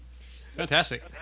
Fantastic